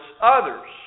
others